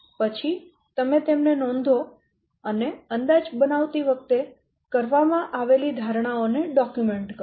પછી તમે તેમને નોંધો અને અંદાજ બનાવતી વખતે કરવામાં આવેલી ધારણાઓને ડોક્યુમેન્ટ કરો